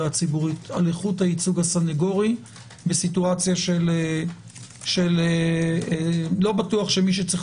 הציבורית על איכות הייצוג הסנגורי במצב של לא בטוח שמי שצריך